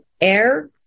air